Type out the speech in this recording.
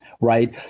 right